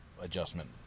adjustment